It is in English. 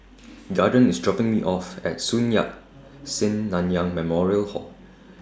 Gorden IS dropping Me off At Sun Yat Sen Nanyang Memorial Hall